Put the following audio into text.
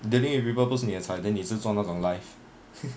dealing with people 不是你的菜 then 你是做那种 life